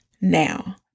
Now